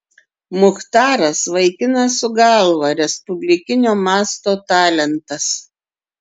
muchtaras vaikinas su galva respublikinio masto talentas